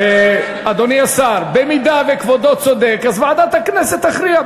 אדוני השר, אם כבודו צודק, ועדת הכנסת תכריע.